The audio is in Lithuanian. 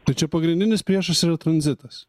tai čia pagrindinis priešas yra tranzitas